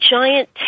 Giant